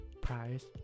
price